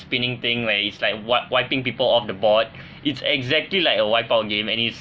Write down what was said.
spinning thing where it's like wip~ wiping people off the board it's exactly like a wipeout game and it's